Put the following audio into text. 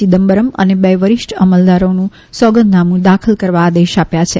ચિદમ્બરમ અને બે વરિષ્ઠ અમલદારોને સોગંધનામું દાખલ કરવા આદેશ આપ્યા છે